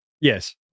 Yes